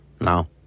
No